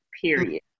period